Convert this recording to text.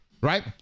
right